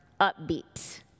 upbeat